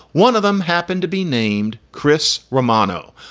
one of them happened to be named chris romano.